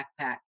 backpack